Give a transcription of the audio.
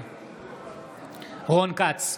נגד רון כץ,